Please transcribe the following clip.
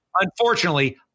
unfortunately